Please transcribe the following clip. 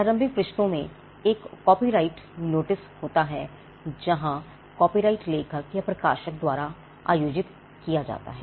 प्रारंभिक पृष्ठों में एक कॉपीराइट नोटिस होता है जहां कॉपीराइट लेखक या प्रकाशक द्वारा आयोजित किया जाता है